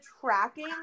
tracking